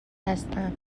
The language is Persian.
هستم